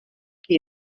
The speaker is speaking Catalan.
qui